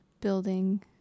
building